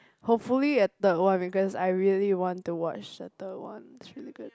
hopefully they have third one because I really want to watch the third one it's really good